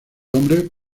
hombre